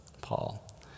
Paul